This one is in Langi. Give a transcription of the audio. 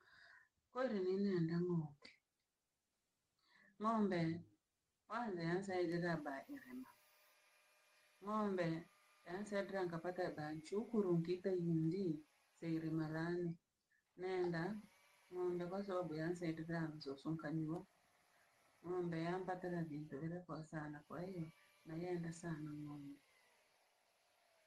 Kweli ninenda ng'ombe. Ng'ombe, nhwa niensaizela bai ivema. Ng'ombe yainsaidiraa nkapata dhanchu ukurundi ikayhundi seirimarae. Nenda, ng'ombe kwasababu yansaito kilanso sikanyiwa, ng'ombe yampatara vintu vira kwa sana kwahiyo, naiyeenda sana ng'ombe.